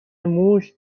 موش